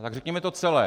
Tak řekněme to celé.